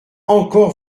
encore